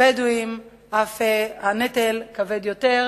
הבדואים הנטל אף כבד יותר.